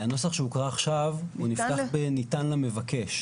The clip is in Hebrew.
הנוסח שהוקרא עכשיו נפתח ב"ניתן למבקש".